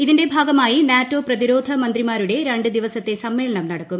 ഇതിന്റെ ഭാഗമായി നാറ്റോ പ്രതിരോധ മന്ത്രിമാരുടെ രണ്ട് ദിവസത്ത്രി സമ്മേളനം നടത്തും